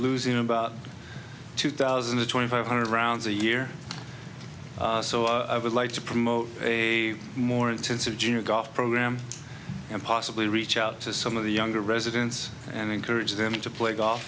losing about two thousand to twenty five hundred rounds a year so i would like to promote a more intensive junior golf program and possibly reach out to some of the younger residents and encourage them to play golf